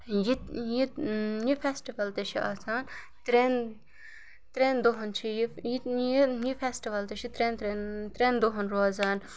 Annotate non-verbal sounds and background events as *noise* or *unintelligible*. یہِ یہِ یہِ فیسٹٕوَل تہِ چھُ آسان ترٛٮ۪ن ترٛٮ۪ن دۄہَن چھِ یہِ یہِ تہِ *unintelligible* یہِ فیسٹٕوَل تہِ چھُ ترٛٮ۪ن ترٛٮ۪ن ترٛٮ۪ن دۄہَن روزان